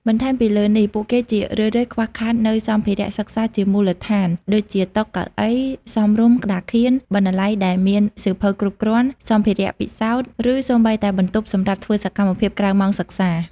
បន្ថែមពីលើនេះ ពួកគេជារឿយៗខ្វះខាតនូវសម្ភារៈសិក្សាជាមូលដ្ឋានដូចជា តុ កៅអី សមរម្យ ក្តារខៀន បណ្ណាល័យដែលមានសៀវភៅគ្រប់គ្រាន់ សម្ភារៈពិសោធន៍ ឬសូម្បីតែបន្ទប់សម្រាប់ធ្វើសកម្មភាពក្រៅម៉ោងសិក្សា។